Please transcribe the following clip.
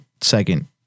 second